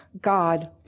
God